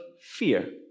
fear